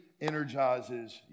energizes